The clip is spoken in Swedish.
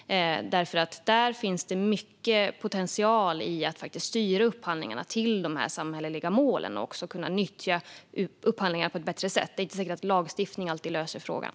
Där finns det nämligen mycket potential att faktiskt styra upphandlingarna med dessa samhälleliga mål i sikte - att helt enkelt kunna nyttja upphandlingarna på ett bättre sätt. Det är inte säkert att lagstiftning alltid är lösningen på frågan.